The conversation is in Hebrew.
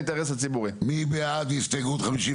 מי בעד הסתייגות 51?